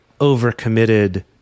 overcommitted